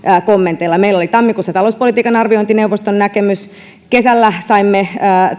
kommenteilla meillä oli tammikuussa talouspolitiikan arviointineuvoston näkemys kesällä saimme